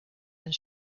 and